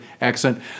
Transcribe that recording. accent